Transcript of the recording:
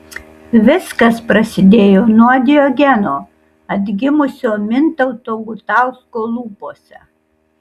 viskas prasidėjo nuo diogeno atgimusio mintauto gutausko lūpose